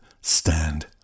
stand